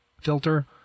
filter